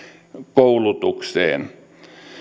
koulutukseen